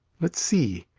let's see.